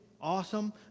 awesome